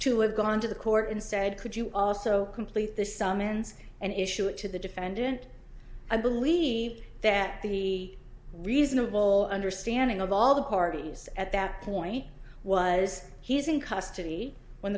to have gone to the court and said could you also complete the summons and issue it to the defendant i believe that the reasonable understanding of all the parties at that point was he's in custody when